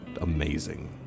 amazing